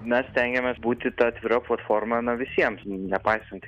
mes stengiamės būti ta atvira platforma na visiems nepaisant